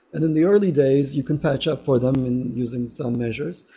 and in the early days, you can path up for them in using some measures.